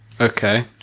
okay